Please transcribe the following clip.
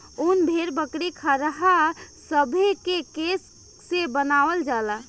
उन भेड़, बकरी, खरहा सभे के केश से बनावल जाला